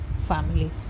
family